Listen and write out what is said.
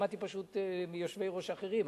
למדתי מיושבי-ראש אחרים,